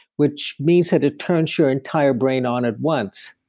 which means that it turns your entire brain on at once.